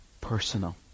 personal